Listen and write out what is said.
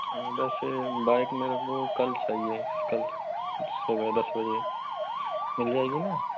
हाँ बैसे बाइक मेरे को कल चाहिए कल सुबह दस बजे मिल जाएगी ना